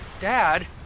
Dad